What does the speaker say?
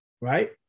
right